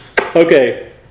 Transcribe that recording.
okay